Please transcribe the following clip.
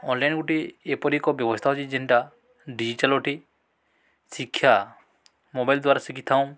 online ଗୋଟେ ଏପରି ଏକ ବ୍ୟବସ୍ଥା ଅଛିି ଯେନ୍ଟା ଡିଜିଟାଲ୍ ଅଟେ ଶିକ୍ଷା ମୋବାଇଲ୍ ଦ୍ଵାରା ଶିଖିଥାଉଁ